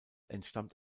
entstammt